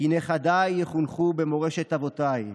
"כי נכדיי יחונכו במורשת אבותיי,